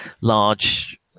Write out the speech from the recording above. large